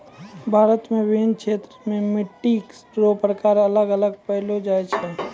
भारत मे विभिन्न क्षेत्र मे मट्टी रो प्रकार अलग अलग पैलो जाय छै